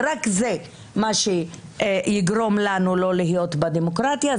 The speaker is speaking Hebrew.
ורק זה מה שיגרום לנו לא להיות בדמוקרטיה,